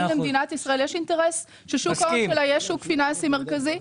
האם במדינת ישראל יש אינטרס ששוק ההון שלה יהיה שוק פיננסי מרכזי?